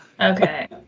Okay